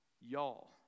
Y'all